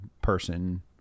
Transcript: person